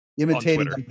Imitating